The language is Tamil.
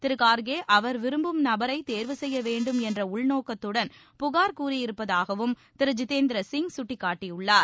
திரு கார்கே அவர் விரும்பும் நபரை தேர்வு செய்ய வேண்டும் என்ற உள்நோக்கத்துடன் புகார் கூறியிருப்பதாகவும் திரு ஜிதேந்திர சிங் சுட்டிக்காட்டியுள்ளார்